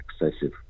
excessive